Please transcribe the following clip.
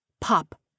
Pop